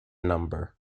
number